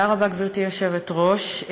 גברתי היושבת-ראש,